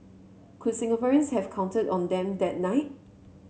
could Singaporeans have counted on them that night